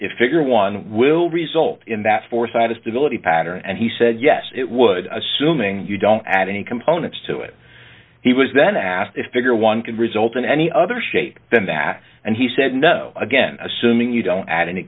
if figure one will result in that four sided stability pattern and he said yes it would assuming you don't add any components to it he was then asked to figure one can result in any other shape than that and he said no again assuming you don't add any